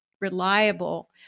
reliable